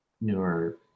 newer